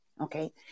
okay